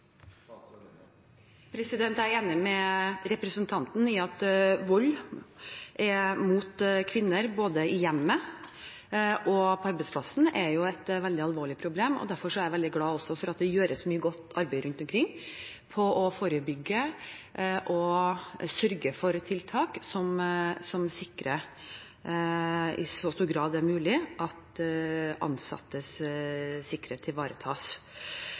Jeg er enig med representanten i at vold mot kvinner, både i hjemmet og på arbeidsplassen, er et veldig alvorlig problem, og derfor er jeg også veldig glad for at det gjøres mye godt arbeid rundt omkring for å forebygge og å sørge for tiltak som sikrer i så stor grad det er mulig, at ansattes sikkerhet ivaretas.